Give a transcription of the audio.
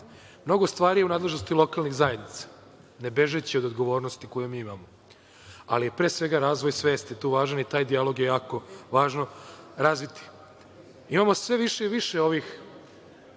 mnogo stvari je u nadležnosti lokalnih zajednica. Ne bežeći od odgovornosti koju mi imamo, ali je pre svega razvoj svesti tu važan i taj dijalog je jako važno razviti. Imamo sve više i više ovih